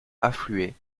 affluait